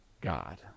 God